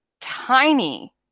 tiny